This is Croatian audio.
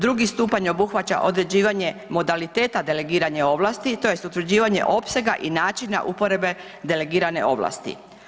Drugi stupanj obuhvaća određivanje modaliteta delegiranja ovlasti tj. utvrđivanje opsega i načina uporabe delegirane ovlasti.